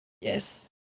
yes